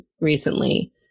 recently